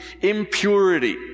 impurity